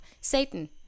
satan